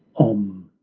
om!